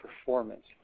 performance